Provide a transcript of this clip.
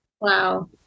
wow